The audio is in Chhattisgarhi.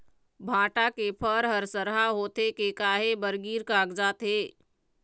भांटा के फर हर सरहा होथे के काहे बर गिर कागजात हे?